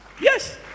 Yes